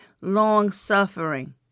long-suffering